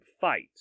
fight